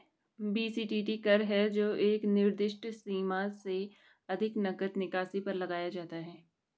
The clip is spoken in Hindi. बी.सी.टी.टी कर है जो एक निर्दिष्ट सीमा से अधिक नकद निकासी पर लगाया जाता है